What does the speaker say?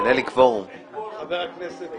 11:15 ונתחדשה בשעה 11:17.) אני מחדש את